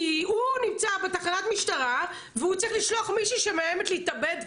כי הוא נמצא בתחנת משטרה והוא צריך לשלוח מישהי שמאיימת להתאבד,